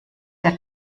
der